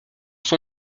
son